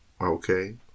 Okay